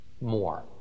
More